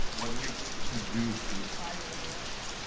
what we could do to fire the influencer.